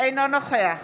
אינו נוכח